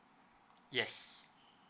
yes